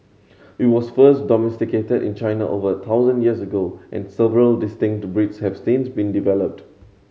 it was first domesticated in China over a thousand years ago and several distinct breeds have since been developed